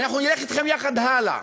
ואנחנו נלך אתכם יחד הלאה,